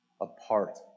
apart